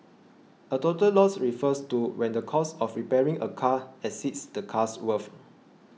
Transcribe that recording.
a total loss refers to when the cost of repairing a car exceeds the car's worth